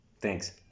thanks